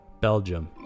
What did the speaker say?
Belgium